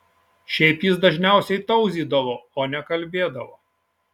šiaip jis dažniausiai tauzydavo o ne kalbėdavo